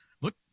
look